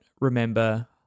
remember